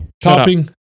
Topping